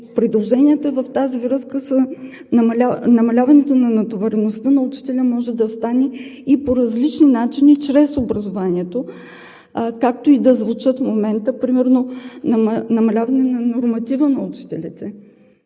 предложенията в тази връзка са намаляване на натовареността на учителя. Може да стане по различни начини чрез образованието, както и да звучат в момента – примерно намаляване на норматива на учителите,